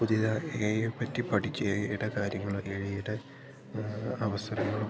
പുതിയ എ ഐയെ പറ്റി പഠിച്ച് എ ഐയുടെ കാര്യങ്ങൾ എ ഐയുടെ അവസരങ്ങളും